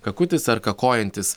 kakutis ar kakojantis